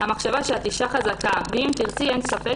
המחשבה שאת אישה חזקה ואם תרצי אין ספק